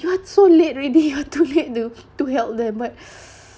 you are so late already you're too late to to help them but